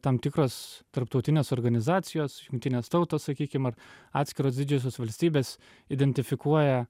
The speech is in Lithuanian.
tam tikros tarptautinės organizacijos jungtinės tautos sakykim ar atskiros didžiosios valstybės identifikuoja